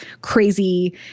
crazy